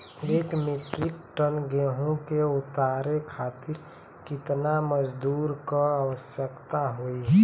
एक metric ton गेहूँ के उतारे खातीर कितना मजदूर क आवश्यकता होई?